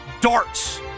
darts